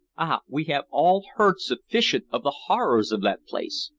ah! we have all heard sufficient of the horrors of that place.